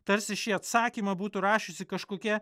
tarsi šį atsakymą būtų rašiusi kažkokia